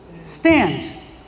stand